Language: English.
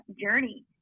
journey